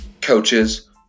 coaches